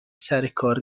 سرکار